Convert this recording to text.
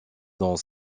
dans